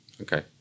Okay